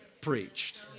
preached